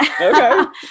Okay